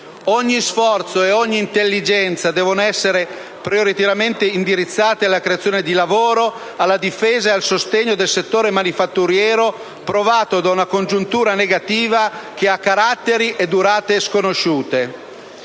Ogni sforzo e ogni intelligenza devono essere prioritariamente indirizzate alla creazione di lavoro, alla difesa e al sostegno del settore manifatturiero, provato da una congiuntura negativa che ha caratteri e durata sconosciuti.